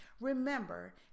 remember